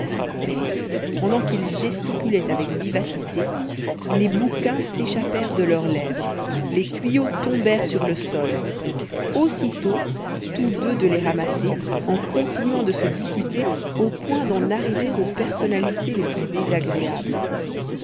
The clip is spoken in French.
mais pendant qu'ils gesticulaient avec vivacité les bouquins s'échappèrent de leurs lèvres les tuyaux tombèrent sur le sol aussitôt tous deux de les ramasser en continuant de se disputer au point d'en arriver aux personnalités les plus désagréables